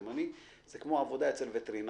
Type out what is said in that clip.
זה כמו עבודה אצל וטרינר.